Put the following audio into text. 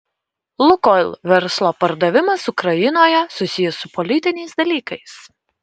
lukoil verslo pardavimas ukrainoje susijęs su politiniais dalykais